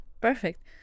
Perfect